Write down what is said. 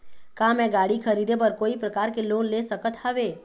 का मैं गाड़ी खरीदे बर कोई प्रकार के लोन ले सकत हावे?